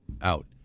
out